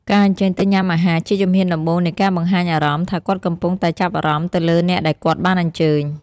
ការអញ្ជើញទៅញ៉ាំអាហារ ជាជំហានដំបូងនៃការបង្ហាញអារម្មណ៍ថាគាត់កំពុងតែចាប់អារម្មណ៍ទៅលើអ្នកដែលគាត់បានអញ្ជើញ។